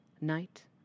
night